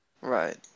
Right